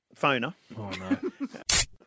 phoner